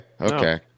Okay